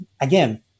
Again